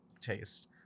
taste